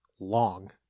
long